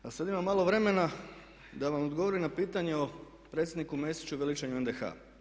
A sada imam malo vremena da vam odgovorim na pitanje o predsjedniku Mesiću i veličanju NDH.